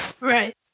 Right